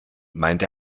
meint